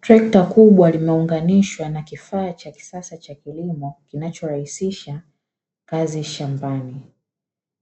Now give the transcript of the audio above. Trekta kubwa limeunganishwa na kifaa cha kisasa cha kilimo kinachorahisisha kazi shambani.